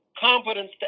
Competence